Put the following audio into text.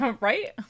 Right